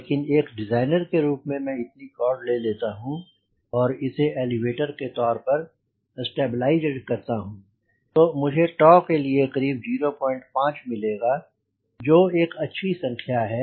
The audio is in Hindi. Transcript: लेकिन एक डिज़ाइनर के रूप में मैं इतनी कॉर्ड ले लेता हूँ और इसे एलीवेटर के तौर पर स्टैबिलाइज़ करता हूँ तो मुझे के लिए करीब 0 5 मिलेगा जो एक अच्छी संख्या है